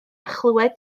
chlywed